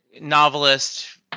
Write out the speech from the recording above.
novelist